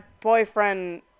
boyfriend